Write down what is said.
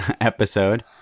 episode